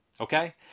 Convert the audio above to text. Okay